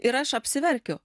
ir aš apsiverkiu